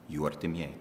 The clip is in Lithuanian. jų artimieji